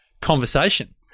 conversation